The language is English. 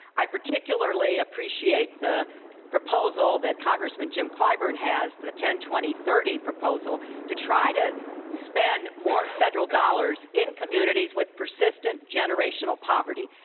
i particularly appreciate the proposal that congressman jim clyburn has the ten twenty thirty proposal to try to spend more federal dollars in communities with persistent generational poverty.